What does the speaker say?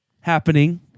happening